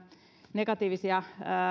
negatiivisia